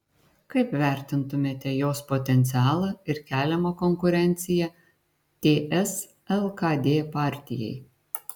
kaip vertintumėte jos potencialą ir keliamą konkurenciją ts lkd partijai